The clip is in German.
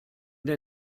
der